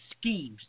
schemes